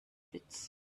pits